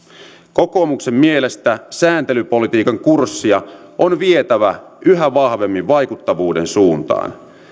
kokoomuksen mielestä sääntelypolitiikan kurssia on vietävä yhä vahvemmin vaikuttavuuden suuntaan